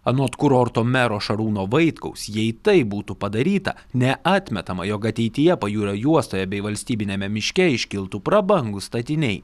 anot kurorto mero šarūno vaitkaus jei tai būtų padaryta neatmetama jog ateityje pajūrio juostoje bei valstybiniame miške iškiltų prabangūs statiniai